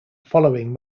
following